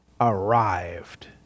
arrived